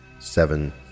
Seven